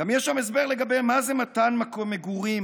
יש שם גם הסבר למה זה מתן מקום מגורים,